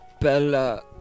Bella